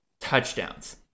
touchdowns